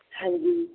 ਹਾਂਜੀ